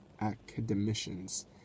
academicians